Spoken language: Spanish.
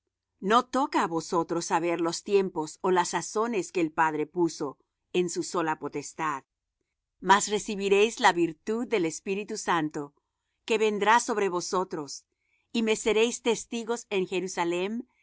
no toca á vosotros saber los tiempos ó las sazones que el padre puso en su sola potestad mas recibiréis la virtud del espíritu santo que vendrá sobre vosotros y me sereís testigos en jerusalem